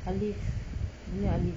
aliff only aliff